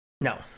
No